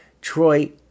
Troy